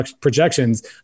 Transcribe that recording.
projections